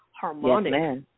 harmonic